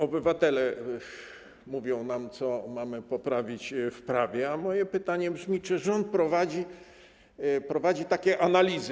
Obywatele mówią nam, co mamy poprawić w prawie, a moje pytanie brzmi: Czy rząd przeprowadza takie analizy?